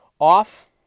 off